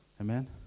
Amen